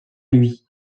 lui